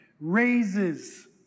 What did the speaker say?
raises